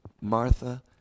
Martha